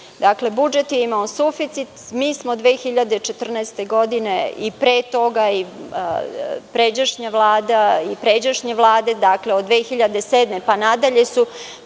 Dakle, budžet je imao suficit. Mi smo 2014. godine, i pre toga i pređašnja vlada i pređašnje vlade, dakle od 2007. godine pa nadalje su